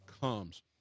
comes